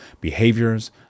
behaviors